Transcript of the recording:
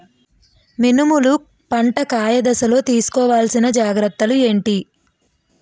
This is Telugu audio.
మినుములు పంట కాయ దశలో తిస్కోవాలసిన జాగ్రత్తలు ఏంటి?